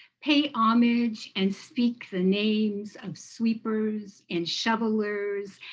pay homage and speak the names of sweepers and shovelers,